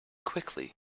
quickly